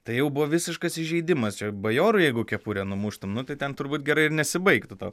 tai jau buvo visiškas įžeidimas ir bajorui jeigu kepurę numuštum nu tai ten turbūt gerai ir nesibaigtų tau